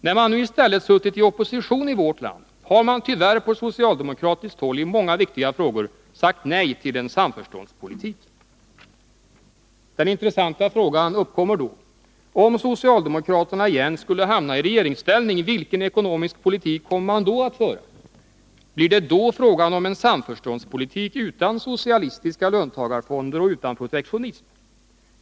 När man nu i stället suttit i opposition i vårt land har man tyvärr på socialdemokratiskt håll i många viktiga frågor sagt nej till en samförståndspolitik. Den intressanta frågan uppkommer då: Om socialdemokraterna igen skulle hamna i regeringsställning, vilken ekonomisk politik kommer man då att föra? Blir det då fråga om en samförståndspolitik utan socialistiska löntagarfonder och utan protektionism?